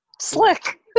Slick